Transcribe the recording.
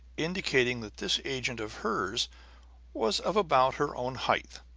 indicating that this agent of hers was of about her own height.